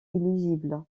illisible